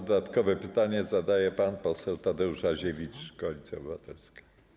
Dodatkowe pytanie zadaje pan poseł Tadeusz Aziewicz, Koalicja Obywatelska.